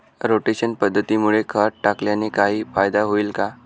Rotation पद्धतीमुळे खत टाकल्याने काही फायदा होईल का?